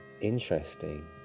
interesting